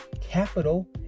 capital